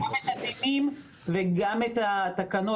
-- הם מכירים גם את הדינים וגם את התקנות